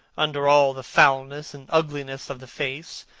under all the foulness and ugliness of the face,